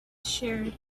shared